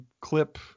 Clip